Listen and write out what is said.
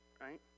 right